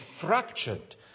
fractured